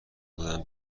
بودن